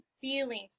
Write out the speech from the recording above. feelings